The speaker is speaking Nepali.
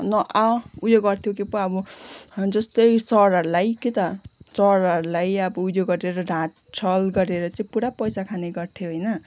न आ उयो गर्थ्यो के पो अब जस्तै सरहरूलाई के त सरहरूलाई अब उयो गरेर ढाँटछल गरेर चाहिँ पुरा पैसा खाने गर्थ्यो होइन